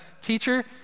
teacher